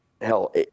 hell